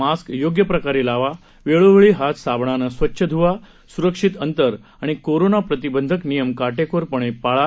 mask योग्य प्रकारे लावा वेळोवेळी हात साबणाने स्वच्छ धुवा सुरक्षित अंतर आणि कोरोना प्रतिबंधक नियम काटेकोरपणे पाळा